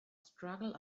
struggle